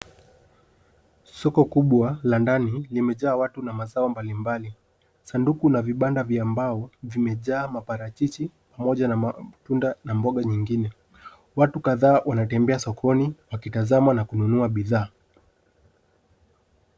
Soko kubwa la ndani limejaa watu na mazao mbalimbali. Sanduku na vibanda vya mbao vimejaa maparachichi pamoja na matunda na mboga nyingine. Watu kadhaa wanatembea sokoni wakitazama na kununua bidhaa.